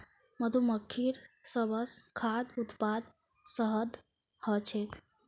मधुमक्खिर सबस खास उत्पाद शहद ह छेक